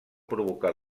provocar